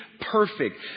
perfect